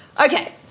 Okay